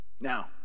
Now